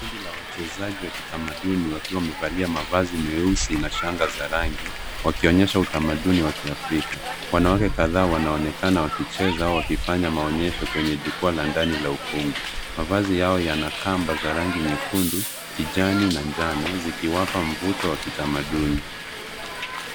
Kundi la wachezaji wa kitamaduni wakiwa wamevalia mavazi meusi na shanga za rangi wakioshanyesha utamaduni wa kiafrika. Wanawake kadhaa wanaonekana wakicheza wakifanya maonyesho kwenye jukwaa la ndani la ukumbi. Mavazi yao yana kamba za rangi nyekundu, kijani na njano ziniwapa mvuto wa kitamaduni.